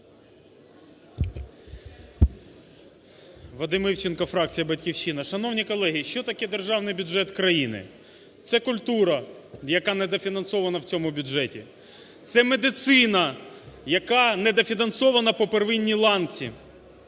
Вадим Івченко фракція "Батьківщина". Шановні колеги! Що таке державний бюджет країни? Це культура, яка недофінансована в цьому бюджеті, це медицина, яка недофінансована по первинній ланці,